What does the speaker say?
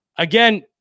Again